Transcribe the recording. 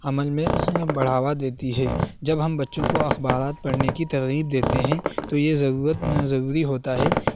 عمل میں بڑھاوا دیتی ہے جب ہم بچوں کو اخبارات پڑھنے کی ترغیب دیتے ہیں تو یہ ضرورت ضروری ہوتا ہے